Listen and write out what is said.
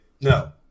No